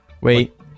Wait